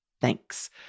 Thanks